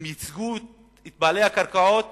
הם ייצגו את בעלי הקרקעות